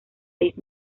seis